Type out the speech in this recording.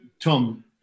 Tom